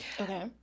Okay